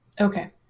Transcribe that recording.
Okay